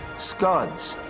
scuds.